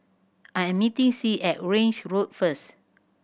I am meeting Sie at Grange Road first